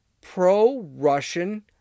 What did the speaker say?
pro-Russian